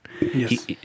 Yes